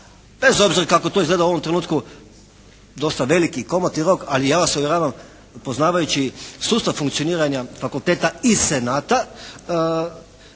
Bez obzira kako to izgleda u ovom trenutku dosta veliki i komotni rok ali ja vas uvjeravam poznavajući sustav funkcioniranja fakulteta i senata